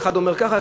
אחד אומר ככה,